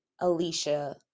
alicia